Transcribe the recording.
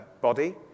body